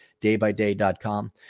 DayByDay.com